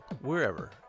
wherever